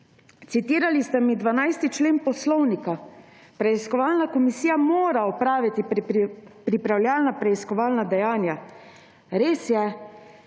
Citirali ste mi 12. člen Poslovnika: »Preiskovalna komisija mora opraviti pripravljalna preiskovalna dejanja.« Res je,